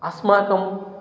अस्माकं